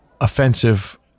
offensive